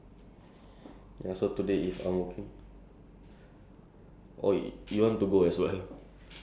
ya I have to ask uh my boss first lah then you can enter but I have to go when the days that I'm not working lah